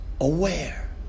aware